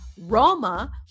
Roma